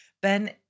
Ben